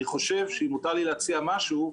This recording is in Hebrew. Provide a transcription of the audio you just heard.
אם מותר לי להציע משהו,